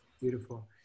Beautiful